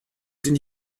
den